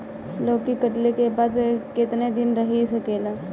लौकी कटले के बाद केतना दिन रही सकेला?